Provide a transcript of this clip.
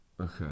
Okay